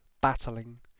battling